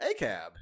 ACAB